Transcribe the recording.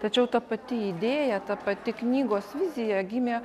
tačiau ta pati idėja ta pati knygos vizija gimė